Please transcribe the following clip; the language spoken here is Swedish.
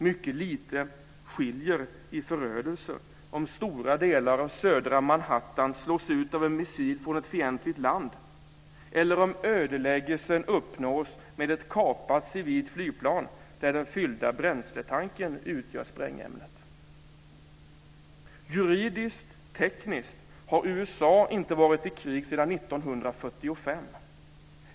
Mycket lite skiljer i förödelse om stora delar av södra Manhattan slås ut av en missil från ett fientligt land eller om ödeläggelsen uppnås med ett kapat civilt flygplan där den fyllda bränsletanken utgör sprängämnet. Juridiskt-tekniskt har USA inte varit i krig sedan 1945.